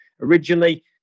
Originally